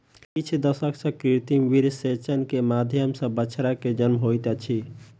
किछ दशक सॅ कृत्रिम वीर्यसेचन के माध्यम सॅ बछड़ा के जन्म होइत अछि